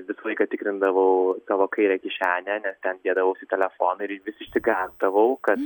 visą laiką tikrindavau savo kairę kišenę nes ten dėdavausi telefoną ir vis išsigąsdavau kad